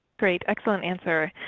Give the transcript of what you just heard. great, excellent answer.